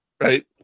right